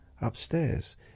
upstairs